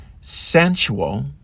Sensual